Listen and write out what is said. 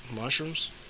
Mushrooms